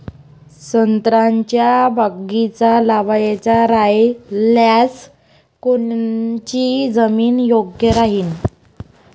संत्र्याचा बगीचा लावायचा रायल्यास कोनची जमीन योग्य राहीन?